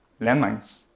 landmines